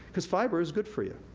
cause fiber is good for you.